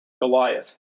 Goliath